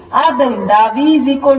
ಆದ್ದರಿಂದ VV4 V3